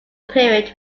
period